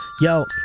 Yo